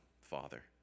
Father